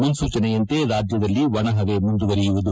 ಮುನ್ಸೂಜನೆಯಂತೆ ರಾಜ್ಯದಲ್ಲಿ ಒಣಹವೆ ಮುಂದುವರೆಯಲಿದೆ